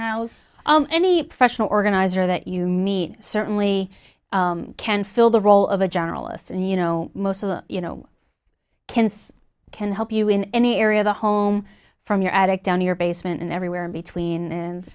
house any professional organizer that you meet certainly can fill the role of a generalist and you know most of them you know can help you in any area the home from your attic down your basement and everywhere in between and